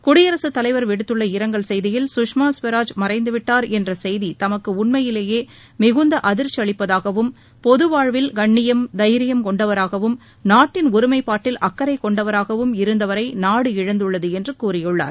குடியரசு தலைவர் விடுத்துள்ள இரங்கல் செய்தியில் சுஷ்மா ஸ்வராஜ் மறைந்து விட்டார் என்ற செய்தி தமக்கு உண்மையிலேயே மிகுந்த அதிர்ச்சி அளிப்பதாகவும் பொது வாழ்வில் கண்ணியம் தைரியம் கொண்டவராகவும் நாட்டின் ஒருமைப்பாட்டில் அக்கறை கொண்டவராகவும் இருந்தவரை நாடு இழந்துள்ளது என்று கூறியுள்ளார்